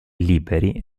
liberi